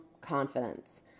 confidence